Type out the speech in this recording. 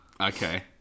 Okay